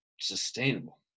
sustainable